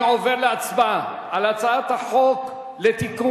אני עובר להצבעה על הצעת החוק לתיקון